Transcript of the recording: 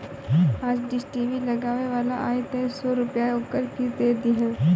आज dish TV लगावे वाला आई तअ सौ रूपया ओकर फ़ीस दे दिहा